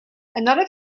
another